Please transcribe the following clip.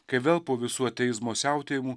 kai vėl po visų ateizmo siautėjimų